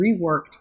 reworked